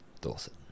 Dorset